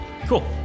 Cool